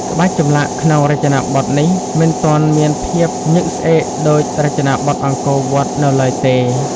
ក្បាច់ចម្លាក់ក្នុងរចនាបថនេះមិនទាន់មានភាពញឹកស្អេកដូចរចនាបថអង្គរវត្តនៅឡើយទេ។